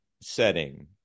setting